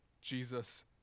Jesus